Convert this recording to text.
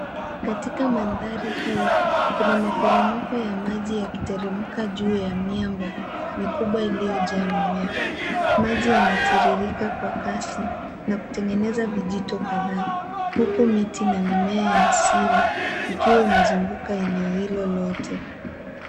Katika mandhari hii, kuna maporomoko ya maji yakiteremka juu ya miamba mikubwa iliyojaa mimea. Maji yanatiririka kwa kasi, na kutengeneza vijito kadhaa, huku miti na mimea ya asili, ikiwa imezunguka eneo hilo lote.